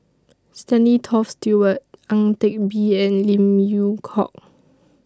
Stanley Toft Stewart Ang Teck Bee and Lim Yew Hock